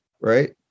Right